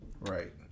Right